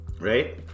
right